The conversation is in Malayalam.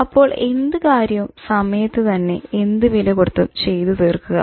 അപ്പോൾ എന്ത് കാര്യവും സമയത്ത് തന്നെ എന്ത് വില കൊടുത്തും ചെയ്ത് തീർക്കുക